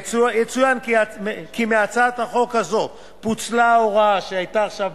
יצוין כי מהצעת החוק הזו פוצלה הוראה שהיתה עכשיו